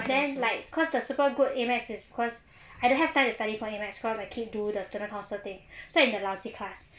then like cause the super good A math is cause I don't have time to study for A math cause I keep do the student counsel thing so it's a lousy class